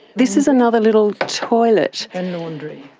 this is another little toilet and laundry,